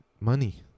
money